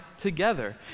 together